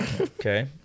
Okay